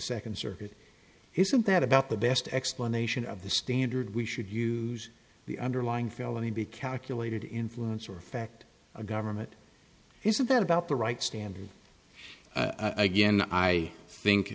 second circuit isn't that about the best explanation of the standard we should use the underlying felony be calculated influence or effect a government isn't about the right standard again i think